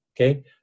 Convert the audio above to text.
okay